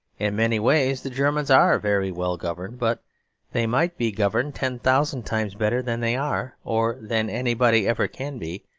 in many ways the germans are very well governed. but they might be governed ten thousand times better than they are, or than anybody ever can be,